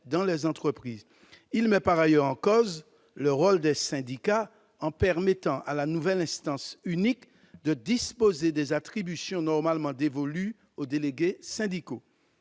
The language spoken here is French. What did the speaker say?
dans les entreprises. Il met par ailleurs en cause le rôle des syndicats en permettant à la nouvelle instance unique de disposer des attributions normalement dévolues aux délégués syndicaux.